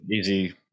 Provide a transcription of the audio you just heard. easy